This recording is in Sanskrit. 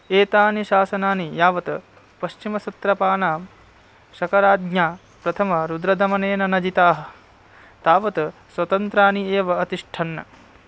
एतानि शासनानि यावत् पश्चिमसत्रपानां शकराज्ञा प्रथमरुद्रदमनेन न जिताः तावत् स्वतन्त्राणि एव अतिष्ठन्